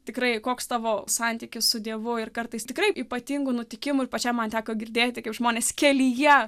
tikrai koks tavo santykis su dievu ir kartais tikrai ypatingų nutikimų ir pačiai man teko girdėti kaip žmonės kelyje